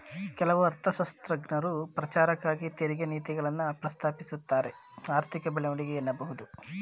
ಕೆಲವು ಅರ್ಥಶಾಸ್ತ್ರಜ್ಞರು ಪ್ರಚಾರಕ್ಕಾಗಿ ತೆರಿಗೆ ನೀತಿಗಳನ್ನ ಪ್ರಸ್ತಾಪಿಸುತ್ತಾರೆಆರ್ಥಿಕ ಬೆಳವಣಿಗೆ ಎನ್ನಬಹುದು